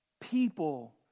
people